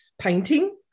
painting